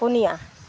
ᱯᱩᱱᱭᱟ